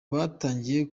batangiye